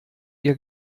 ihr